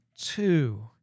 Two